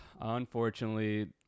unfortunately